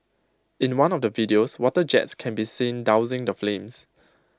in one of the videos water jets can be seen dousing the flames